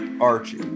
Archie